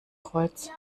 kreuz